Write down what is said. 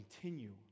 continue